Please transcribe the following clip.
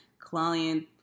client